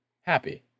happy